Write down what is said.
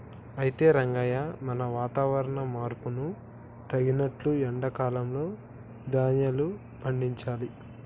అయితే రంగయ్య మనం వాతావరణ మార్పును తగినట్లు ఎండా కాలంలో ధాన్యాలు పండించాలి